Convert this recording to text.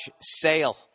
sale